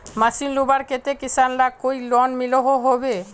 Machine लुबार केते किसान लाक कोई लोन मिलोहो होबे?